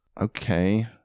Okay